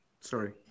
Sorry